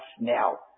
now